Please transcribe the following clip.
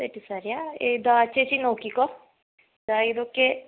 set സാരിയാണോ ഏതാണ് ചേച്ചി നോക്കിക്കോ ദാ ഇതൊക്കെ